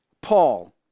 Paul